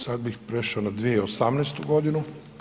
Sada bih prešao na 2018. godinu.